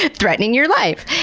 ah threatening your life.